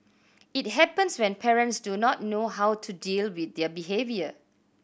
it happens when parents do not know how to deal with their behaviour